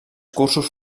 cursos